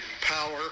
power